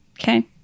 Okay